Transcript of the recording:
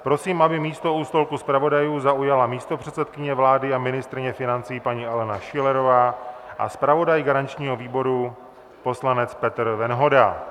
Prosím, aby místo u stolku zpravodajů zaujala místopředsedkyně vlády a ministryně financí paní Alena Schillerová a zpravodaj garančního výboru poslanec Petr Venhoda.